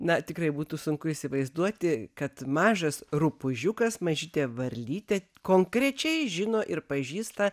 na tikrai būtų sunku įsivaizduoti kad mažas rupūžiukas mažytė varlytė konkrečiai žino ir pažįsta